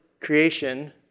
creation